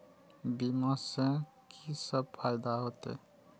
बीमा से की सब फायदा होते?